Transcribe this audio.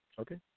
Okay